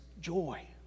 joy